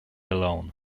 alone